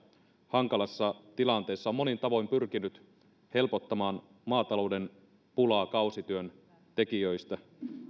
hankalassa tilanteessa on monin tavoin pyrkinyt helpottamaan maatalouden pulaa kausityöntekijöistä